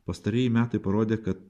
pastarieji metai parodė kad